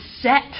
set